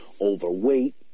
overweight